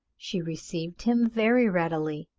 she received him very readily.